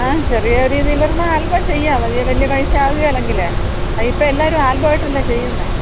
അ ചെറിയ രീതീലൊരെണ്ണാൽബം ചെയ്യാം അധികം വലിയ പൈസയാകുകേലെങ്കിലെ ആ ഇപ്പോൾ എല്ലാവരും ആൽബായിട്ടല്ലേ ചെയ്യുന്നത്